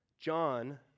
John